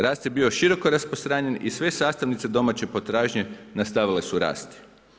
Rast je bio široko rasprostranjen i sve sastavnice domaće potražnje nastavile su rasti.